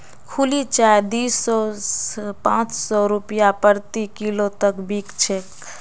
खुली चाय दी सौ स पाँच सौ रूपया प्रति किलो तक बिक छेक